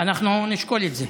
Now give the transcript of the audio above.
אנחנו נשקול את זה.